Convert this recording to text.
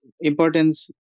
importance